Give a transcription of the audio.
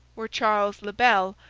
where charles le bel,